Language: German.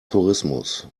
tourismus